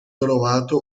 trovato